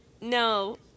No